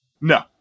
no